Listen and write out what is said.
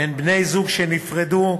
בין בני-זוג שנפרדו,